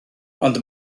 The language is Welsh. ond